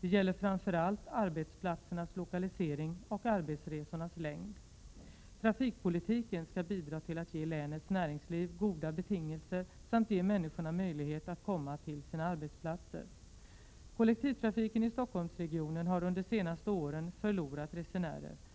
Det gäller framför allt arbetsplatsernas lokalisering och arbetsresornas längd. Trafikpolitiken skall bidra till att ge länets näringsliv goda betingelser samt ge människorna möjlighet att komma till sina arbetsplatser. Kollektivtrafiken i Stockholmsregionen har under de senaste åren förlorat resenärer.